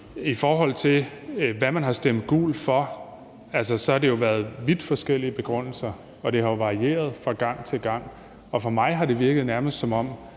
i forhold til hvorfor man har stemt gult, har været vidt forskellige begrundelser, og det har jo varieret fra gang til gang. For mig har er det nærmest virket,